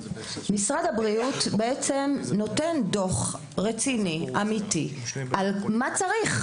משרד הבריאות נותן דוח רציני ואמיתי על מה צריך,